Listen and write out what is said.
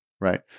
right